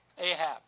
Ahab